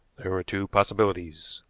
there were two possibilities.